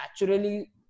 naturally